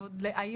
זה עדיין לא שם.